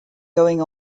going